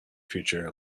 future